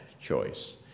choice